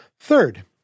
Third